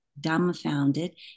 dumbfounded